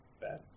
Bad